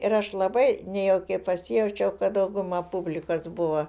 ir aš labai nejaukiai pasijaučiau kad dauguma publikos buvo